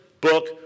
book